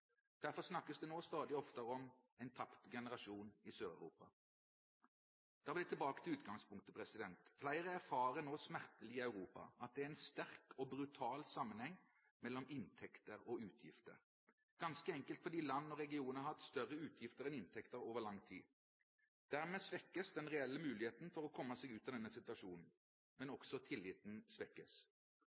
Derfor snakkes det nå stadig oftere om en tapt generasjon i Sør-Europa. Jeg vil tilbake til utgangspunktet. Flere i Europa erfarer nå smertelig at det er en sterk og brutal sammenheng mellom inntekter og utgifter, ganske enkelt fordi land og regioner har hatt større utgifter enn inntekter over lang tid. Dermed svekkes den reelle muligheten for å komme seg ut av denne situasjonen, men også tilliten svekkes.